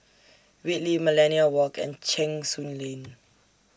Whitley Millenia Walk and Cheng Soon Lane